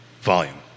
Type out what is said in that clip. Volume